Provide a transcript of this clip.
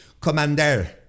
Commander